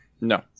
No